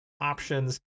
options